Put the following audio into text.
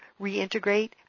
reintegrate